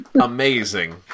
amazing